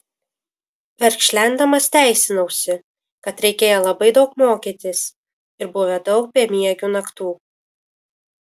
verkšlendamas teisinausi kad reikėję labai daug mokytis ir buvę daug bemiegių naktų